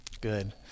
Good